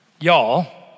y'all